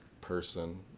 person